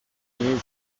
his